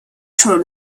through